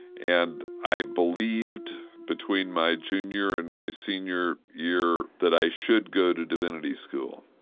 and i believed between my junior and my senior year that i should go to divinity school.